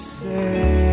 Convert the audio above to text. say